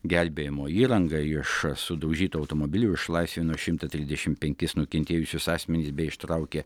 gelbėjimo įrangą iš sudaužytų automobilių išlaisvino šimtą trisdešimt penkis nukentėjusius asmenis bei ištraukė